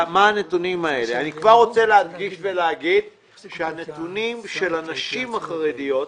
אני כבר רוצה להדגיש ולומר שהנתונים של הנשים החרדיות,